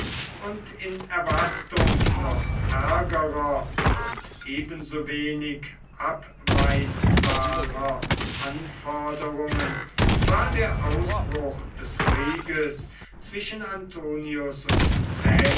und in erwartung noch ärgerer und ebensowenig abweisbarer anforderungen war der ausbruch des krieges zwischen antonius und